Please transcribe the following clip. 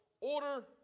order